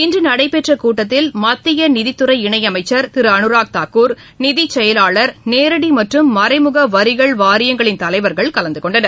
இன்று நடைபெற்றக் கூட்டத்தில் மத்திய நிதித்துறை இணை அமைச்ச் திரு அனுராக் தாக்கூர் நிதி செயலாளர் நேரடி மற்றும் மறைமுக வரிகள் வாரியங்களின் தலைவர்கள் கலந்து கொண்டனர்